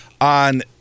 on